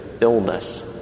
illness